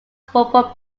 football